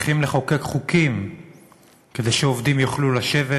צריכים לחוקק חוקים כדי שעובדים יוכלו לשבת